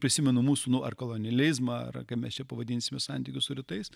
prisimenu mūsų nu ar kolonializmą ar kaip mes čia pavadinsime santykius su rytais